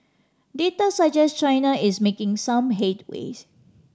data suggest China is making some headways